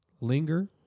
linger